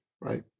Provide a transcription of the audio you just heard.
right